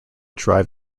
drive